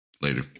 Later